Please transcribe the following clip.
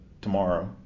tomorrow